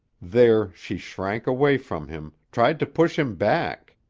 there she shrank away from him, tried to push him back.